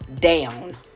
down